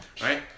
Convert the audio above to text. right